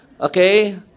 Okay